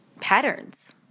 patterns